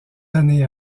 années